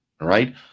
right